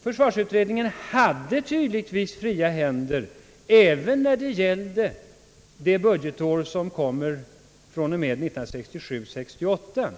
Försvarsutredningen hade tydligtvis fria händer även när det gällde budgetåret 1967/68